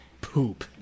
Poop